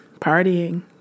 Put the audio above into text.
partying